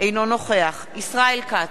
אינו נוכח ישראל כץ,